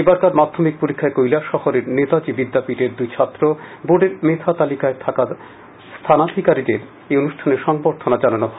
এবারকার মাধ্যমিক পরীক্ষায় কৈলাসহরের নেতাজি বিদ্যাপীঠের দুই ছাত্র বোর্ডের মেধা তালিকায় থাকা স্থানাধিকারীদের সংবর্ধনা জানানো হয়